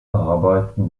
arbeiten